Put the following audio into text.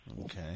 Okay